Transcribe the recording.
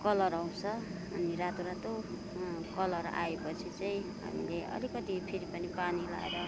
colour आउँछ अनि रातो रातो कलर आएपछि चाहिँ हामीले अलिकति फेरि पनि पानी लाएर